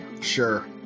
Sure